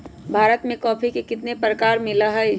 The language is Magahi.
भारत में कॉफी के कितना प्रकार मिला हई?